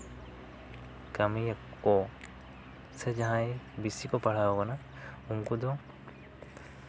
ᱠᱟᱹᱢᱤᱭᱟ ᱠᱚ ᱥᱮ ᱡᱟᱦᱟᱸᱭ ᱵᱮᱥᱤ ᱠᱚ ᱯᱟᱲᱦᱟᱣ ᱠᱟᱱᱟ ᱩᱱᱠᱩ ᱫᱚ